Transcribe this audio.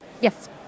Yes